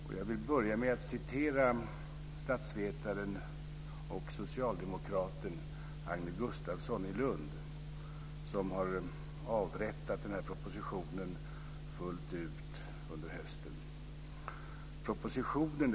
Och jag vill börja med att citera statsvetaren och socialdemokraten Agne Gustafsson i Lund som har "avrättat" den här propositionen fullt ut under hösten.